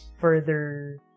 further